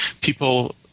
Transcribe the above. People